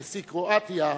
נשיא קרואטיה,